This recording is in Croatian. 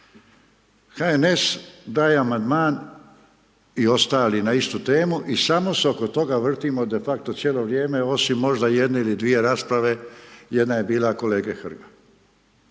HNS daje amandman i ostali na istu temu, i samo se oko toga vrtimo de facto cijelo vrijeme, osim možda jedne ili dvije rasprave, jedna je bila kolege Hrga.